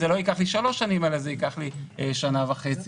לא ייקח שלוש שנים אלא ייקח שנה וחצי.